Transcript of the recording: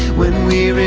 when you